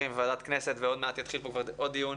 בוועדת הכנסת ועוד מעט יתחיל כאן עוד דיון.